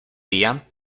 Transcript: día